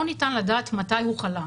לא ניתן לדעת מתי הוא חלה,